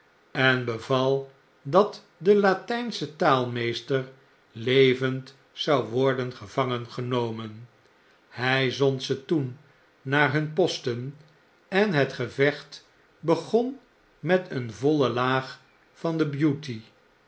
en beval dat de latynsche taalmeester levend zou worden gevangengenomen hij zond ze toen naar hun posten en het gevecht begon met een voile laag van de beauty